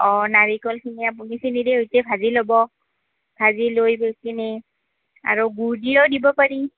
অঁ নাৰিকলখিনি আপুনি চেনীৰে সৈতে ভাজি ল'ব ভাজি লৈ পিনে আৰু গুড় দিলেও দিব পাৰি